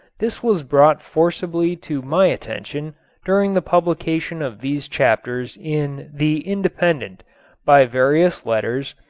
this was brought forcibly to my attention during the publication of these chapters in the independent by various letters,